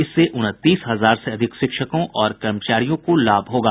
इससे उनतीस हजार से अधिक शिक्षकों और कर्मचारियों को लाभ होगा